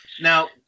now